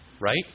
right